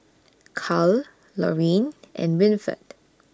Cal Lorin and Winford